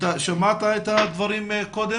אתה שמעת את הדברים קודם?